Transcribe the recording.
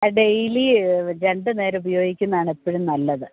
ആ ഡെയ്ലി രണ്ടു നേരം ഉപയോഗിക്കുന്നതാണ് എപ്പോഴും നല്ലത്